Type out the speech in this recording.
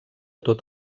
tot